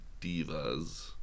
divas